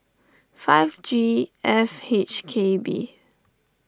five G F H K B